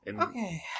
Okay